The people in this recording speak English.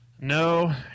No